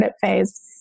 phase